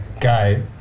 guy